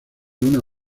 una